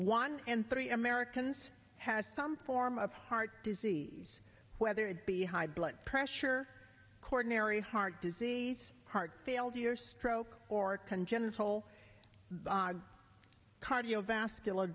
one and three americans has some form of heart disease whether it be high blood pressure coronary heart disease heart failure stroke or congenital cardiovascular